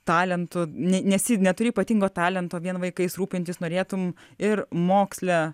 talentu nesi neturi ypatingo talento vien vaikais rūpintis norėtum ir moksle